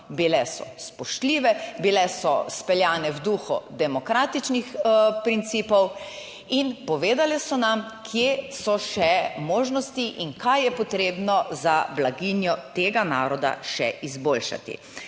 bile so spoštljive, bile so speljane v duhu demokratičnih principov in povedale so, nam kje so še možnosti in kaj je potrebno za blaginjo tega naroda še izboljšati.